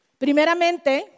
Primeramente